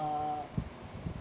uh